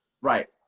Right